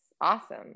Awesome